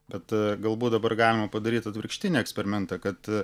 bet galbūt dabar galima padaryt atvirkštinį eksperimentą kad